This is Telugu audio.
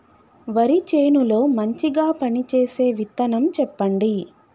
వరి చేను లో మంచిగా పనిచేసే విత్తనం చెప్పండి?